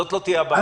זאת לא תהיה הבעיה.